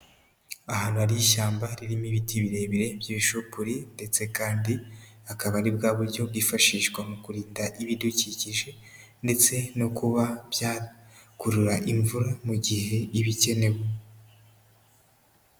Ahantu hari ishyamba ririmo ibiti birebire by'ibishupuri ndetse kandi akaba ari bwa buryo bwifashishwa mu kurinda ibidukikije ndetse no kuba byakurura imvura mu gihe iba ikenewe.